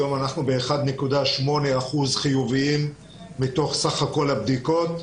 היום אנחנו ב-1.8 אחוז חיוביים מתוך סך כל הבדיקות.